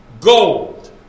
gold